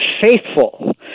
Faithful